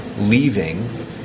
leaving